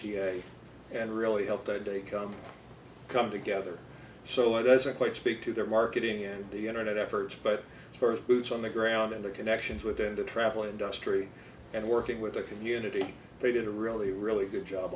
h and really helped that day come come together so it was a quite speak to their marketing and the internet efforts but first boots on the ground in the connections within the travel industry and working with the community they did a really really good job